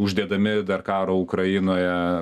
uždedami dar karą ukrainoje